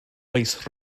oes